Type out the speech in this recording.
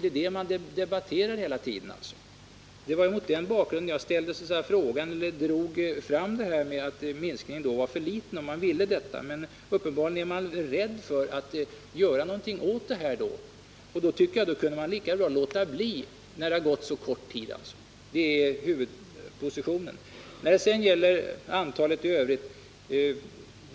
Det är det man debatterar hela tiden. Det var mot den bakgrunden jag tog upp detta med att den minskning man föreslog var för liten, om man nu ville minska. Men uppenbarligen är man rädd för att göra någonting åt detta. Jag tycker därför att man lika gärna kunde låta bli att göra denna minskning nu när det har gått så kort tid. Det är vår huvudposition. När det gäller antalet i övrigt tycker